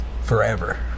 forever